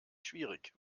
schwierig